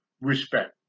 respect